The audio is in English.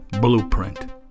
blueprint